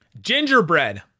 Gingerbread